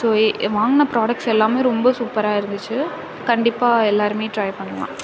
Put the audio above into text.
so ஏ வாங்கின products எல்லாமே ரொம்ப சூப்பராக இருந்துச்சி கண்டிப்பாக எல்லாருமே ட்ரை பண்ணலாம்